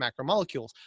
macromolecules